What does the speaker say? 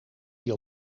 die